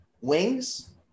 Wings